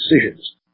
decisions